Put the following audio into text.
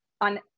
on